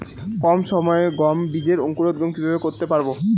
কম সময়ে গম বীজের অঙ্কুরোদগম কিভাবে করতে পারব?